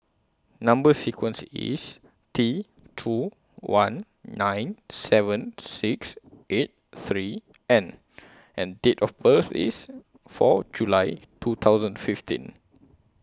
Number sequence IS T two one nine seven six eight three N and Date of birth IS four July two thousand fifteen